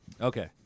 Okay